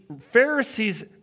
Pharisees